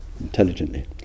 intelligently